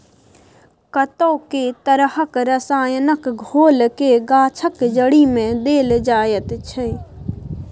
कतेको तरहक रसायनक घोलकेँ गाछक जड़िमे देल जाइत छै